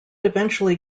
eventually